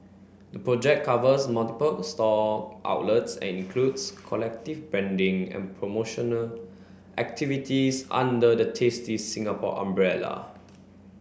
the project covers multiple store outlets and includes collective branding and promotional activities under the Tasty Singapore umbrella